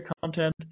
content